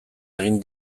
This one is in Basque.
egin